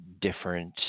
different